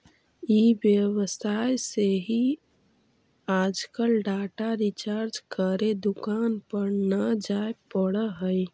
ई व्यवसाय से ही आजकल डाटा रिचार्ज करे दुकान पर न जाए पड़ऽ हई